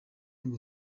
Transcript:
ngo